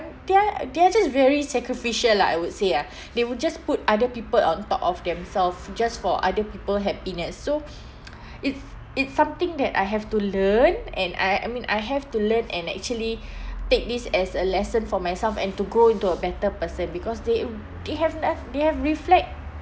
they are they're just very sacrificial lah I would say ah they would just put other people on top of themselves just for other people happiness so it's it's something that I have to learn and I I I mean I have to learn and actually take this as a lesson for myself and to grow into a better person because they they have noth~ they have reflect